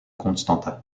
constanța